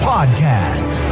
Podcast